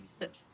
research